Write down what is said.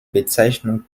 bezeichnung